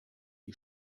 die